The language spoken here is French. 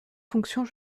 fonctions